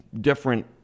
different